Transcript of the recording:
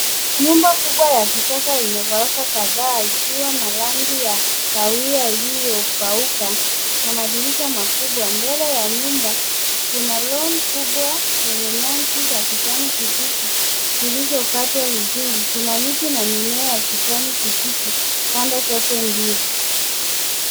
Nyumba kubwa ya kisasa yenye ghorofa kadhaa ikiwa na rangi ya kahawia iliyopauka na madirisha makubwa. Mbele ya nyumba kuna lawn kubwa yenye nyasi za kijani kibichi zilizokatwa vizuri. Kuna miti na mimea ya kijani kibichi pande zote mbili.